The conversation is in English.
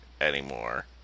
anymore